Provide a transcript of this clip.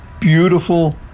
beautiful